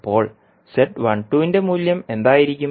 അപ്പോൾ Z12ന്റെ മൂല്യം എന്തായിരിക്കും